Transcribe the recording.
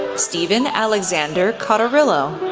stephen alexander coterillo,